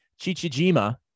Chichijima